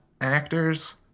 actors